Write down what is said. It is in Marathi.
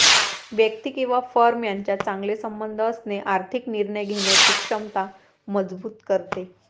व्यक्ती किंवा फर्म यांच्यात चांगले संबंध असणे आर्थिक निर्णय घेण्याची क्षमता मजबूत करते